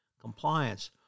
compliance